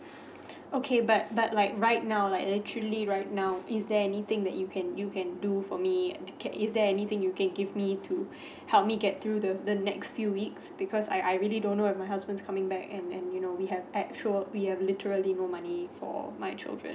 okay but but like right now like actually right now is there anything that you can you can do for me is there anything you can give me to help me get through the next few weeks because I I really don't know if my husband is coming back and and you know we have actual we have literally no money for my children